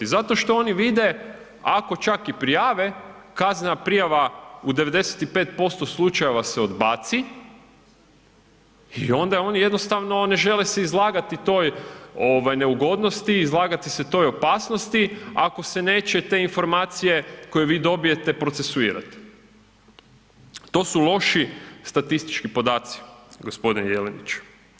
Zato što oni vide ako čak i prijave, kaznena prijava u 95% slučajeva se odbaci i onda oni jednostavno ne žele se izlagati toj ovaj neugodnosti, izlagati se toj opasnosti ako se neće te informacije koje vi dobijete procesuirati, to su loši statistički podaci g. Jelenić.